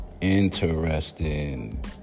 Interesting